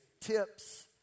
Tips